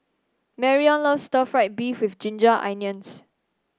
Marrion loves Stir Fried Beef with Ginger Onions